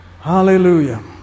Hallelujah